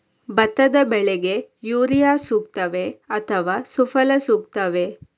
ಭತ್ತದ ಬೆಳೆಗೆ ಯೂರಿಯಾ ಸೂಕ್ತವೇ ಅಥವಾ ಸುಫಲ ಸೂಕ್ತವೇ?